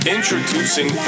Introducing